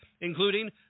including